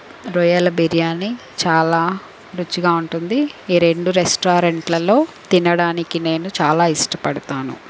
రొయ్యల బిర్యానీ చాలా రుచిగా ఉంటుంది ఈ రెండు రెస్టారెంట్లలో తినడానికి నేను చాలా ఇష్టపడుతాను